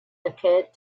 occured